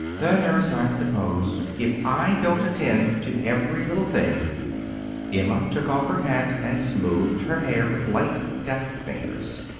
the nurse, i suppose. if i don't attend to every little thing emma took off her hat and smoothed her hair with light, deft fingers.